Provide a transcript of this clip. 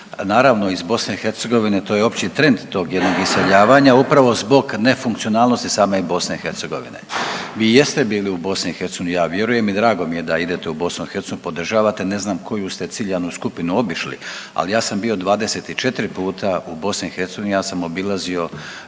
naravno iz BiH to je opći trend tog jednog iseljavanja upravo zbog nefunkcionalnosti same BiH. Vi jeste bili u BiH ja vjerujem i drago mi je idete u BiH podržavate, ne znam koju ste ciljanu skupinu obišli, ali ja sam bio 24 puta u BiH ja sam obilazio